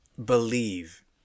believe